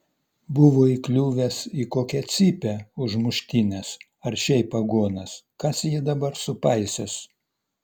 buvo įkliuvęs į kokią cypę už muštynes ar šiaip aguonas kas jį dabar supaisys